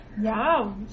wow